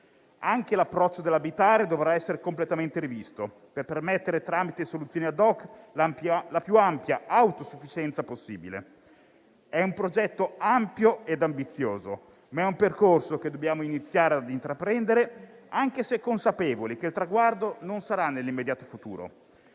Anche l'approccio dell'abitare dovrà essere completamente rivisto, per permettere, tramite soluzioni *ad hoc*, la più ampia autosufficienza possibile. È un progetto ampio e ambizioso, ma è un percorso che dobbiamo iniziare a intraprendere, anche se consapevoli che il traguardo non sarà nell'immediato futuro: